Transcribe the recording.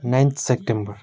ninth September